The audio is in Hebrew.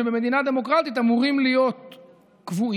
שבמדינה דמוקרטית אמורים להיות קבועים,